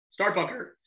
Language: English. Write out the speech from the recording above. Starfucker